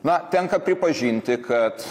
na tenka pripažinti kad